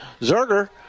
Zerger